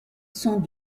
sont